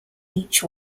each